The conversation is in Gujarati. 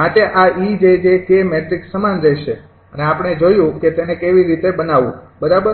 માટે આ 𝑒𝑗𝑗 𝑘 મેટ્રિક્સ સમાન રહેશે અને આપણે જોયું કે તેને કેવી રીતે બનાવવું બરાબર